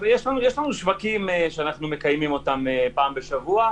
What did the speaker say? אבל יש לנו שווקים שאנחנו מקיימים אותם פעם בשבוע.